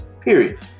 period